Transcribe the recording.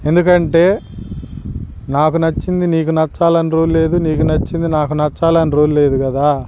ఎందుకంటే నాకు నచ్చింది నీకు నచ్చాలని రూల్ లేదు నీకు నచ్చింది నాకు నచ్చాలని రూల్ లేదు కదా